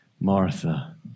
Martha